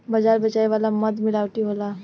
बाजार बेचाए वाला मध मिलावटी होला